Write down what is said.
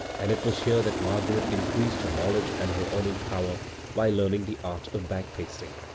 and it was here that margaret increased her knowledge and her earning power by learning the art of bag-pasting.